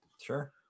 Sure